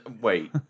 Wait